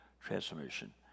transformation